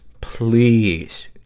Please